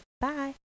Bye